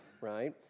right